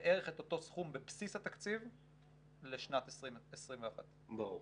ובערך את אותו סכום בבסיס התקציב לשנת 2021. ברור.